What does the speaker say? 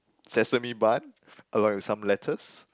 sesame bun along with some lettuce